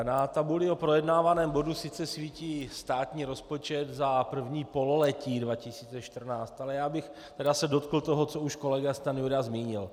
Na tabuli o projednávaném bodu sice svítí státní rozpočet za první pololetí 2014, ale já bych se tedy dotkl toho, co už kolega Stanjura zmínil.